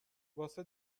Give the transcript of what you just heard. واسه